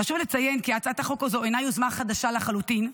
חשוב לציין כי הצעת החוק הזו אינה יוזמה חדשה לחלוטין.